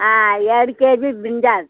ಆಂ ಎರಡು K G brinjal